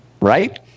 right